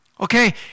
Okay